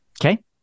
Okay